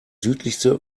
südlichste